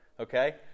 Okay